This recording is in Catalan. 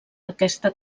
aquesta